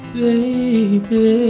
baby